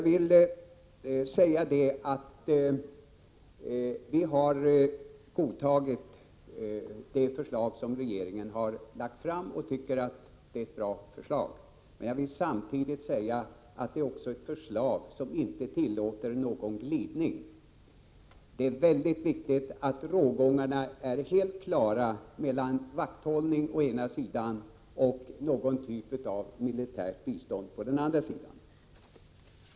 Vi har godtagit det förslag regeringen har lagt fram och tycker att det är bra — men samtidigt vill jag påpeka att det förslaget inte tillåter någon glidning. Det är mycket viktigt att rågångarna är helt klara mellan vakthållning, å ena sidan, och någon typ av militärt bistånd, å andra sidan.